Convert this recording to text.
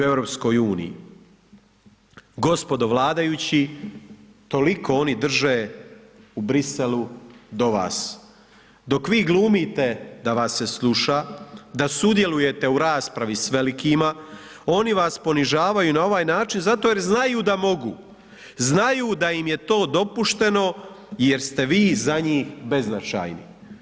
Gospodo vladajući, toliko oni drže u Briselu do vas, dok vi glumite da vas se sluša, da sudjelujete u raspravi s velikima, oni vas ponižavaju na ovaj način zato jer znaju da mogu, znaju da im je to dopušteno jer ste vi za njih beznačajni.